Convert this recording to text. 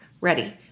ready